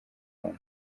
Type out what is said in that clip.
bantu